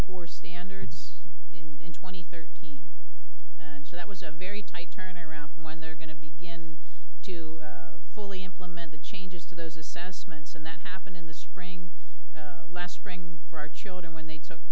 core standards in two thousand and thirteen and so that was a very tight turnaround from when they're going to begin to fully implement the changes to those assessments and that happened in the spring last spring for our children when they took